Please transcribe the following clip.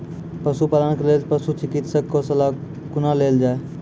पशुपालन के लेल पशुचिकित्शक कऽ सलाह कुना लेल जाय?